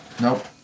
nope